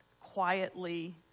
quietly